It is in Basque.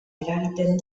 eragiten